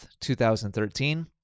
2013